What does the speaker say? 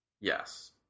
Yes